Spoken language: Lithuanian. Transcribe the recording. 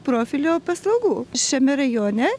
profilio paslaugų šiame rajone